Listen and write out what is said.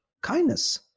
kindness